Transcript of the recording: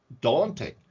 daunting